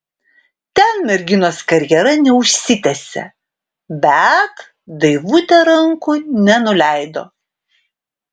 ten merginos karjera neužsitęsė bet daivutė rankų nenuleido